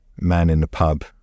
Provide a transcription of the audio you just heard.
man-in-the-pub